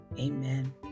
Amen